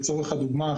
לדוגמה,